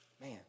Man